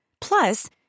Plus